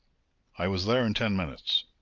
i was there in ten minutes.